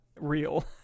real